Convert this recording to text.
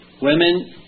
Women